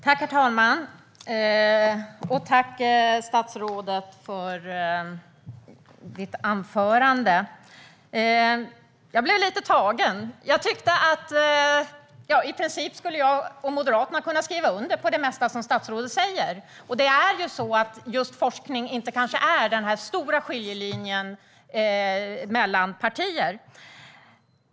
Herr talman! Tack, statsrådet, för ditt anförande! Jag blev lite tagen. I princip skulle jag och Moderaterna kunna skriva under på det mesta som statsrådet säger. Det är kanske inte just i fråga om forskning som den stora skiljelinjen går mellan partier.